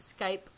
Skype